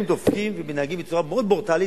ודופקים ומתנהגים בצורה מאוד ברוטלית,